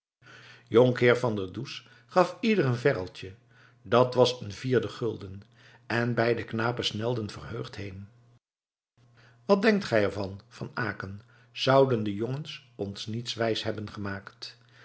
jonkheer van der does gaf ieder een verreltje dat was een vierde gulden en beide knapen snelden verheugd heen wat denkt gij ervan van aecken zouden de jongens ons niets wijs hebben gemaakt